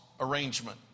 arrangement